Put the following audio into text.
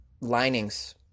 linings